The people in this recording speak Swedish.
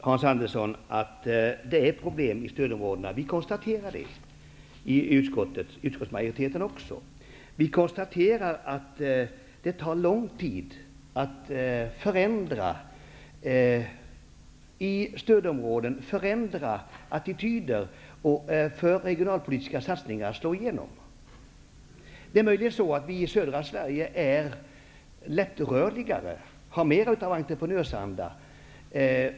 Fru talman! Visst är det problem i stödområdena, Hans Andersson. Utskottsmajoriteten gör också detta konstaterande. Vi konstaterar att det tar lång tid att förändra attityder i stödområdena för att de regionalpolitiska satsningarna skall kunna slå igenom. Det är möjligen så att vi i södra Sverige är mer lättrörliga och har mer av entreprenörsanda.